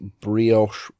brioche